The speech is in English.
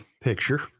picture